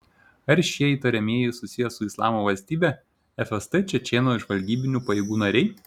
ar šie įtariamieji susiję su islamo valstybe fst čečėnų žvalgybinių pajėgų nariai